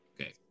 Okay